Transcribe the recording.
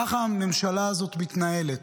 ככה הממשלה הזאת מתנהלת,